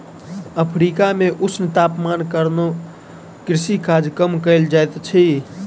Africa मे ऊष्ण तापमानक कारणेँ कृषि काज कम कयल जाइत अछि